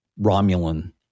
Romulan